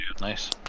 nice